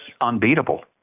unbeatable